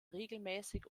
regelmäßig